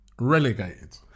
relegated